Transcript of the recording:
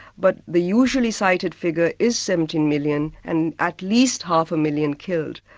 but the usually cited figure is seventeen million, and at least half a million killed.